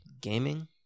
Gaming